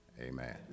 Amen